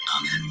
amen